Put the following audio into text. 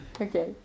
Okay